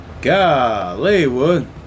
Gollywood